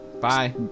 Bye